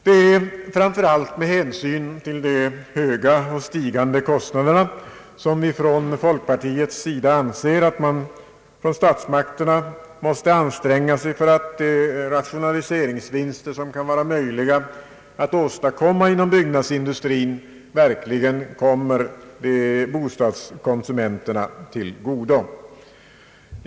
Det är framför allt med hänsyn till de höga och stigande kostnaderna som vi på folkpartiets sida anser att statsmakterna måste anstränga sig för att de rationaliseringsvinster, som kan vara möjliga att åstadkomma inom byggnadsindustrin, verkligen kommer bostadskonsumenterna till godo.